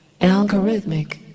Algorithmic